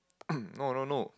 no no no